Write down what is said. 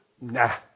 Nah